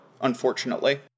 unfortunately